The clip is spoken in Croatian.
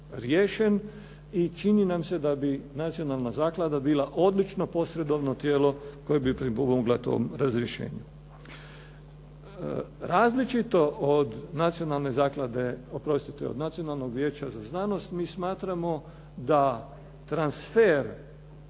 i čini nam se da bi nacionalna zaklada bila odlično posredovno tijelo koje bi pripomogla tom razrješenju. Različito od nacionalne zaklade, oprostite od Nacionalnog vijeća za znanost mi smatramo da transfer